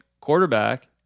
quarterback